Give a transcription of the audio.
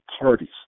parties